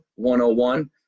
101